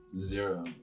Zero